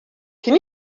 can